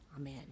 Amen